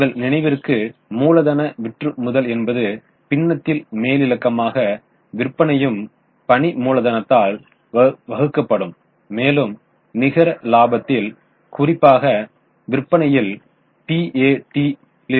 உங்கள் நினைவிற்கு மூலதன விற்றுமுதல் என்பது பின்னத்தில் மேலிலக்கமாக விற்பனையும் பணி மூலதனதனத்தால் வகுக்கப்படும் மேலும் நிகர இலாபத்தில் குறிப்பாக விற்பனையில் PAT இருந்தது